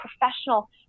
professional